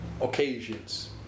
occasions